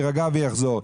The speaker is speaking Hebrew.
יירגע ויחזור.